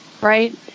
right